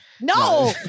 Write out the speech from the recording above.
No